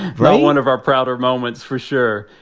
but one of our prouder moments for sure.